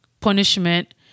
punishment